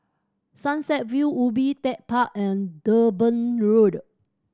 Sunset View Ubi Tech Park and Durban Road